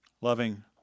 Loving